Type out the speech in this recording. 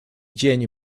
dzień